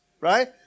right